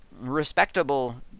respectable